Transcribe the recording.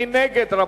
מי נגד?